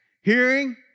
hearing